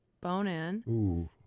bone-in